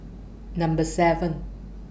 Number seven